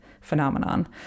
phenomenon